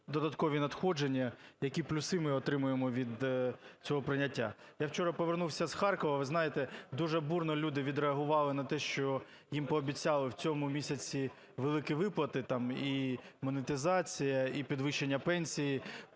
додаткові надходження, які плюси ми отримаємо від цього прийняття? Я вчора повернувся з Харкова. Ви знаєте, дуже бурно люди відреагували на те, що їм пообіцяли в цьому місяці великі виплати: там і монетизація, і підвищення пенсій,